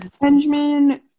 Benjamin